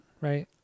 right